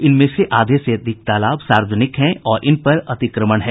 इनमें से आधे से अधिक तालाब सार्वजनिक हैं और इन पर अतिक्रमण है